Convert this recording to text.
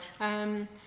Right